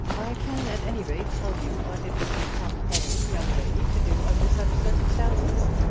i can at any rate tell you what it would become any young lady to do under such circumstances.